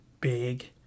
big